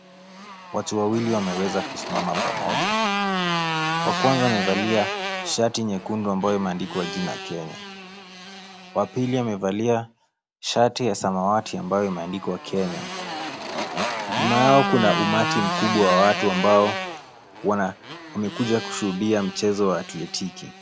Watu wawili wameweza kusimama pamoja. Wakwanza amevalia shati nyekundu imeandikwa jina Kenya. Wapili amevalia shati ya samawati ambayo imeandikwa Kenya. Nyuma yao kuna umati mkubwa wa watu ambao wamekuja kushuhudia mchezo wa athlitiki.